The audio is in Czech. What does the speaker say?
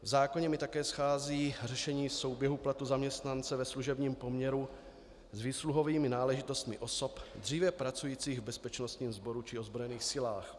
V zákoně mi také schází řešení souběhu platu zaměstnance ve služebním poměru s výsluhovými náležitostmi osob, dříve pracujících v bezpečnostním sboru či ozbrojených silách.